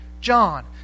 John